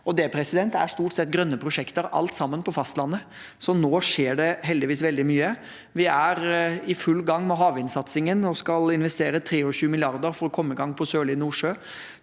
det er stort sett grønne prosjekter, alt sammen på fastlandet, så nå skjer det heldigvis veldig mye. Vi er i full gang med havvindsatsingen og skal investere 23 mrd. kr for å komme i gang på Sørlige Nordsjø